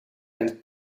and